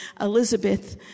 Elizabeth